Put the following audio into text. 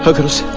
so goddess!